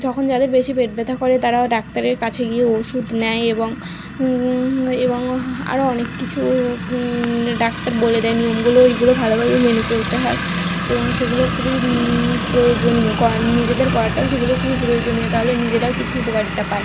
যখন যাদের বেশি পেট ব্যথা করে তারাও ডাক্তারের কাছে গিয়ে ওষুধ নেয় এবং এবং আরও অনেক কিছু ডাক্তার বলে দেয় নিয়মগুলো ওইগুলো ভালোভাবে মেনে চলতে হয় এবং সেগুলো খুবই প্রয়োজনীয় নিজেদের করাটা সেগুলো খুবই প্রয়োজনীয় তাহলে নিজেরাও কিছু উপকারিতা পায়